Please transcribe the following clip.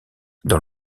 dans